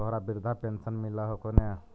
तोहरा वृद्धा पेंशन मिलहको ने?